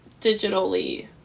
digitally